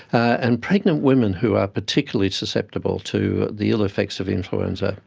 and pregnant women who are particularly susceptible to the ill effects of influenza.